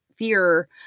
fear